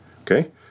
Okay